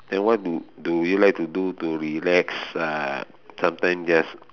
then what do do you like to do to relax uh sometimes just